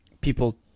people